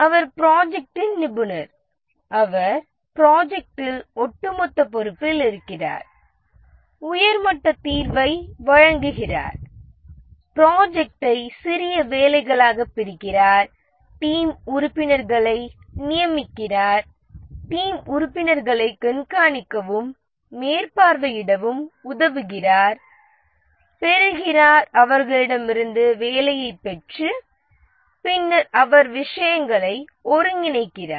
அவர் ப்ராஜெக்ட்டின் நிபுணர் அவர் ப்ராஜெக்ட்டின் ஒட்டுமொத்த பொறுப்பில் இருக்கிறார் உயர் மட்ட தீர்வை வழங்குகிறார் ப்ராஜெக்ட்டை சிறிய வேலைகளாகப் பிரிக்கிறார் டீம் உறுப்பினர்களை நியமிக்கிறார் டீம் உறுப்பினர்களை கண்காணிக்கவும் மேற்பார்வையிடவும் உதவுகிறார் பெறுகிறார் அவர்களிடமிருந்து வேலையை பெற்று பின்னர் அவர் விஷயங்களை ஒருங்கிணைக்கிறார்